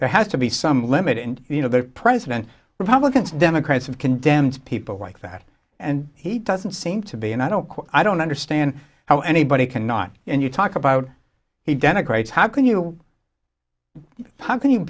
there has to be some limit and you know the president republicans and democrats have condemned people like that and he doesn't seem to be and i don't quite i don't understand how anybody can not and you talk about he denigrates how can you how can you